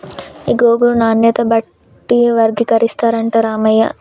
ఈ గోగును నాణ్యత బట్టి వర్గీకరిస్తారట రామయ్య